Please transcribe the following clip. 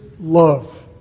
love